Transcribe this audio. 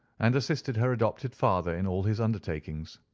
and assisted her adopted father in all his undertakings.